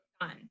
done